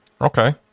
Okay